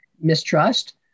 mistrust